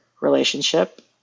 relationship